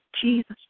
Jesus